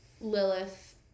Lilith